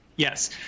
Yes